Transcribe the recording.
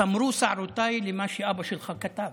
סמרו שערותיי ממה שאבא שלך כתב,